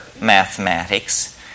mathematics